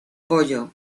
pollo